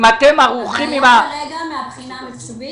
אם אתם ערוכים עם --- הבעיה כרגע מהבחינה המיחשובית,